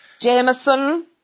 Jameson